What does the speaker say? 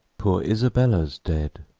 poor isabella's dead,